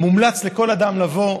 מומלץ לכל אדם לבוא.